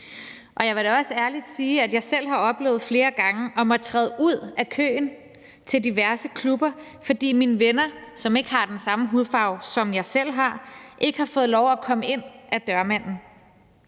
Og jeg vil da også ærligt sige, at jeg selv flere gange har oplevet at måtte træde ud af køen til diverse klubber, fordi mine venner, som ikke har den samme hudfarve, som jeg selv har, ikke har fået lov at komme ind af dørmanden.